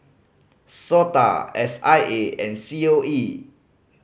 SOTA S I A and C O E